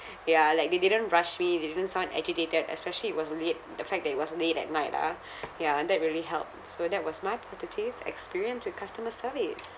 ya like they didn't rush me they didn't sound agitated especially it was late the fact that it was late at night ah ya and that really helped so that was my positive experience with customer service